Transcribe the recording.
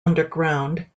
underground